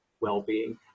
well-being